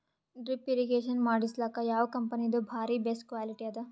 Drip irrigation ಮಾಡಸಲಕ್ಕ ಯಾವ ಕಂಪನಿದು ಬಾರಿ ಬೆಸ್ಟ್ ಕ್ವಾಲಿಟಿ ಅದ?